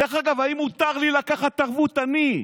דרך אגב, האם מותר לי לקחת ערבות, אני?